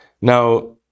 now